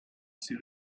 see